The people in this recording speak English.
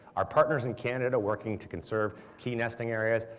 our partners in canada working to conserve key nesting areas,